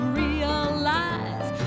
realize